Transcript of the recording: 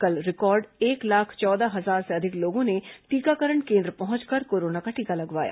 कल रिकॉर्ड एक लाख चौदह हजार से अधिक लोगों ने टीकाकरण केन्द्र पहुंचकर कोरोना का टीका लगवाया